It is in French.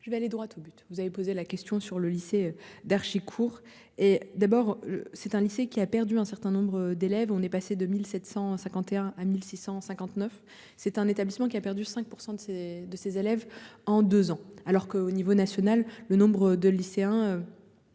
je vais aller droit au but. Vous avez posé la question sur le lycée d'Achicourt et d'abord c'est un lycée qui a perdu un certain nombre d'élèves, on est passé de 1751 1659. C'est un établissement qui a perdu 5% de ses, de ses élèves en 2 ans alors que, au niveau national, le nombre de lycéens.